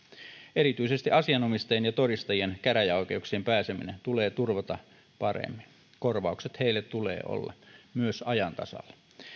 erityisesti asianomistajien ja todistajien käräjäoikeuksiin pääseminen tulee turvata paremmin korvausten heille tulee olla myös ajan tasalla